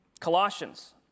Colossians